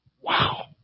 Wow